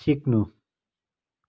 सिक्नु